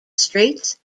straits